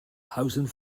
housing